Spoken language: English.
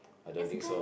I don't think so lah